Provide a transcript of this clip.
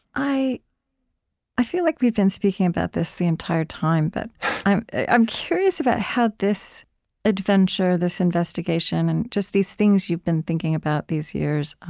i i feel like we've been speaking about this the entire time, but i'm i'm curious about how this adventure, this investigation, and just these things you've been thinking about these years,